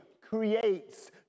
creates